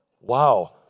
Wow